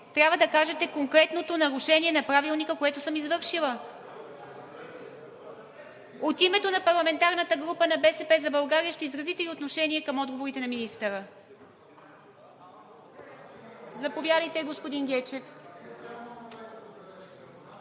Трябва да кажете конкретното нарушение на Правилника, което съм извършила! От името на парламентарната група на „БСП за България“ ще изразите ли отношение към отговорите на министъра? Заповядайте, господин Гечев.